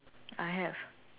I have